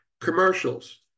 Commercials